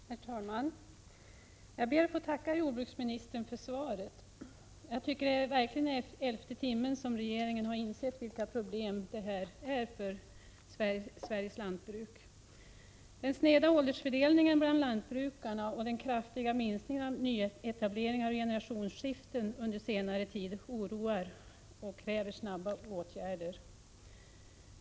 Herr talman! Jag ber att få tacka jordbruksministern för svaret. Det är verkligen i elfte timmen som regeringen insett vilka problem det här är för Sveriges lantbruk. Den sneda åldersfördelningen bland lantbrukarna och den kraftiga minskningen av nyetableringar och generationsskiften under senare tid oroar. Därför krävs det snabba åtgärder.